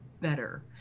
better